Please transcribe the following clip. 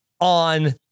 on